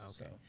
Okay